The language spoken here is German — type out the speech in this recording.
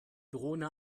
drohne